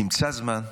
תמצא זמן,